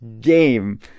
game